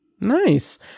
Nice